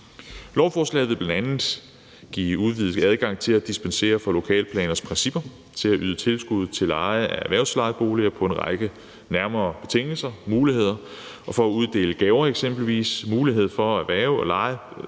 Lovforslaget vil bl.a. give udvidet adgang til at dispensere fra lokalplaners principper, mulighed for at yde tilskud til leje af erhvervslejeboliger på en række nærmere betingelser, muligheder for eksempelvis at uddele gaver, mulighed for at erhverve og leje